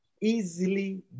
easily